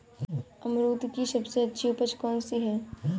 अमरूद की सबसे अच्छी उपज कौन सी है?